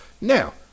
Now